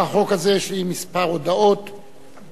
לאחר החוק הזה יש לי כמה הודעות למליאה,